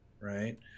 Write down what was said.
right